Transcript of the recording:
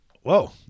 whoa